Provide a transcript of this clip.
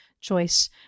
choice